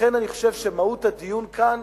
לכן אני חושב שמהות הדיון כאן